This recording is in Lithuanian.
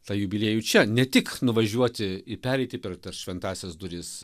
tą jubiliejų čia ne tik nuvažiuoti į pereiti per šventąsias duris